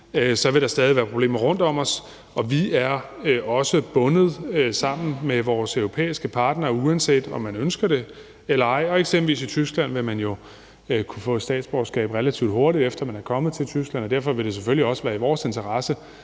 så vil der stadig være problemer rundtom os, og vi er også bundet sammen med vores europæiske partnere, uanset om man ønsker det eller ej. Eksempelvis vil man jo i Tyskland kunne få statsborgerskab relativt hurtigt, efter man er kommet til Tyskland, og derfor vil det selvfølgelig også være i vores interesse,